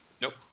Nope